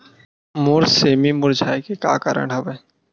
मोर सेमी मुरझाये के का लक्षण हवय?